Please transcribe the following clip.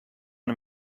him